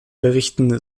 berichten